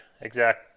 exact